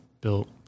built